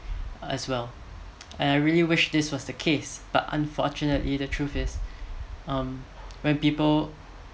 as well and I really wish this was the case but unfortunately the truth is um when people